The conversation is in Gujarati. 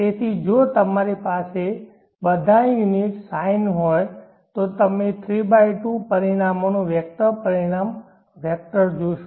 તેથી જો તમારી પાસે બધા યુનિટ sine હોય તો તમે 32 પરિણામોનો વેક્ટર પરિણામ વેક્ટર જોશો